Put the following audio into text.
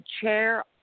chair